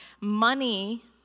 money